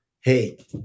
hey